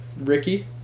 ricky